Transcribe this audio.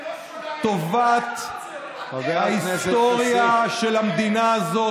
לטובת ההיסטוריה של המדינה הזאת,